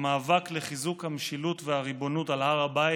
המאבק לחיזוק המשילות והריבונות על הר הבית,